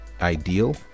ideal